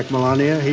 melania,